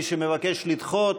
מי שמבקש לדחות,